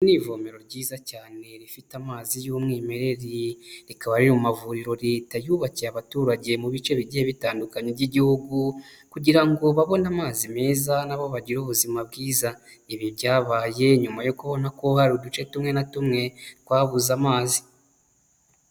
Iri ni ivomero ryiza cyane rifite amazi y'umwimerere, rikaba riri mu mavuriro leta yubakiye abaturage mu bice bigiye bitandukanye by'igihugu kugira ngo babone amazi meza nabo bagire ubuzima bwiza. Ibi byabaye nyuma yo kubona ko hari uduce tumwe na tumwe twabuze amazi.